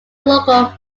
local